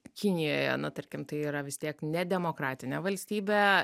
kinijoje na tarkim tai yra vis tiek ne demokratinė valstybė